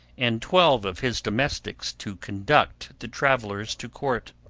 and twelve of his domestics to conduct the travellers to court.